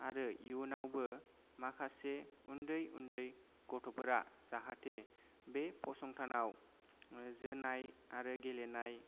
आरो इउनावबो माखासे उन्दै उन्दै गथ'फोरा जाहाथे बे फसंथानाव जोनाय आरो गेलेनाय